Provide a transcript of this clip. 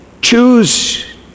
choose